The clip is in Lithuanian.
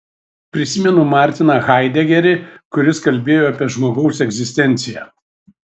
prisimenu martiną haidegerį kuris kalbėjo apie žmogaus egzistenciją